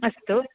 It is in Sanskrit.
अस्तु